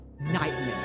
nightmare